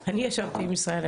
אני ישבתי עם ישראל,